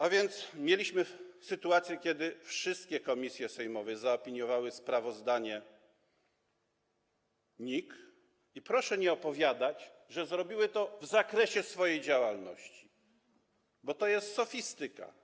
A więc mieliśmy sytuacje, kiedy wszystkie komisje sejmowe zaopiniowały sprawozdanie NIK i proszę nie opowiadać, że zrobiły to w zakresie swojej działalności, bo to jest sofistyka.